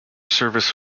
service